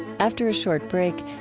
after a short break,